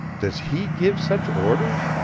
does he give such orders?